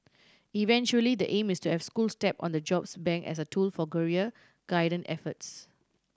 eventually the aim is to have schools tap on the jobs bank as a tool for career guidance efforts